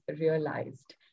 realized